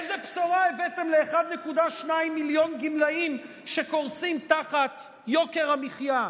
איזה בשורה הבאתם למיליון ו-200,000 גמלאים שקורסים תחת יוקר המחיה?